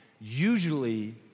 usually